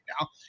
now